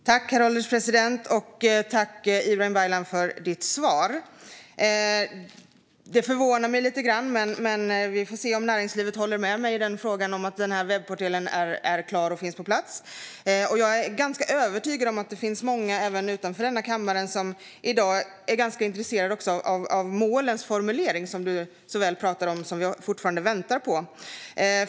Herr ålderspresident! Jag tackar Ibrahim Baylan för svaret. Detta förvånar mig lite, och vi får se om näringslivet håller med om att webbportalen är klar och finns på plats. Jag är övertygad om att det finns många även utanför kammaren som är intresserade av den målformulering som statsrådet pratade om och som vi fortfarande väntar på.